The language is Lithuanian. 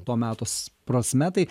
to metos prasme tai